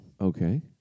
Okay